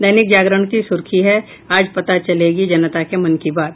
दैनिक जागरण की सुर्खी है आज पता चलेगी जनता के मन की बात